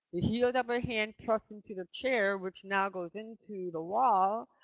the heel of her hand tucked into the chair, which now goes into the wall,